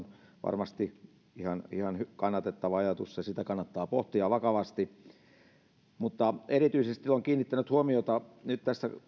varmasti ihan ihan kannatettava ajatus ja sitä kannattaa pohtia vakavasti mutta erityisesti olen kiinnittänyt huomiota nyt